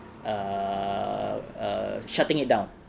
err err shutting it down